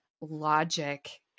logic